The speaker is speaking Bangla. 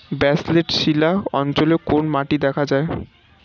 ব্যাসল্ট শিলা অঞ্চলে কোন মাটি দেখা যায়?